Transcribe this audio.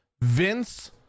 Vince